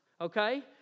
okay